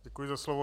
Děkuji za slovo.